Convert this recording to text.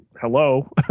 Hello